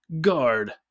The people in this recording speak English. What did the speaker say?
guard